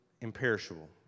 imperishable